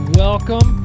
welcome